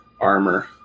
armor